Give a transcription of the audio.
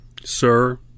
Sir